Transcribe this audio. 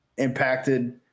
impacted